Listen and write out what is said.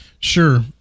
Sure